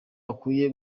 akwiye